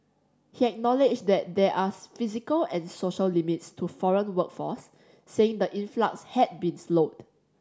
he acknowledged that there are physical and social limits to foreign workforce saying the influx had been slowed